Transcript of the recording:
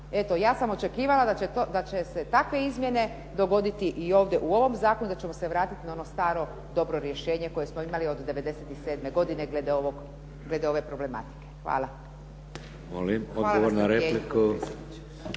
Eto, ja sam očekivala da će se takve izmjene dogoditi i ovdje u ovom zakonu, da ćemo se vratiti na ono staro, dobro rješenje koje smo imali od 97. godine glede ove problematike. Hvala.